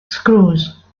screws